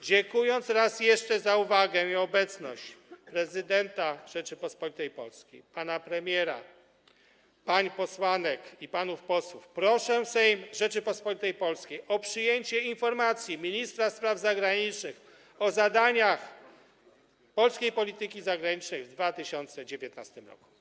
Dziękując raz jeszcze za uwagę i obecność prezydenta Rzeczypospolitej Polskiej, pana premiera, pań posłanek i panów posłów, proszę Sejm Rzeczypospolitej Polskiej o przyjęcie informacji ministra spraw zagranicznych o zadaniach polskiej polityki zagranicznej w 2019 roku.